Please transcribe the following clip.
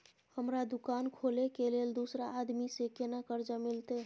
हमरा दुकान खोले के लेल दूसरा आदमी से केना कर्जा मिलते?